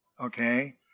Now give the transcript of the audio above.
Okay